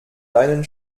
deinen